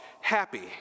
happy